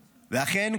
ואכן,